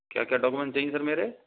क्या क्या डॉक्यूमेंट चाहिए सर मेरे